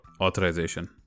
authorization